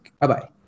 Bye-bye